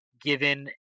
given